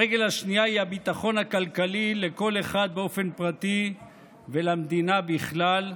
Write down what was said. הרגל השנייה היא הביטחון הכלכלי לכל אחד באופן פרטי ולמדינה בכלל.